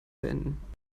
beenden